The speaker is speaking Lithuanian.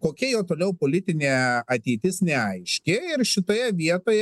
kokia jo toliau politinė ateitis neaiški ir šitoje vietoje